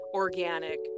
organic